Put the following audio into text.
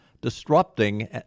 disrupting